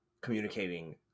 communicating